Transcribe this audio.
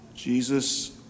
Jesus